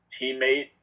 teammate